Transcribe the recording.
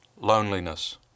loneliness